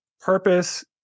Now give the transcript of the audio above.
purpose